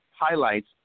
highlights